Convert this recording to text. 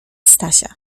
stasia